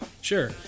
Sure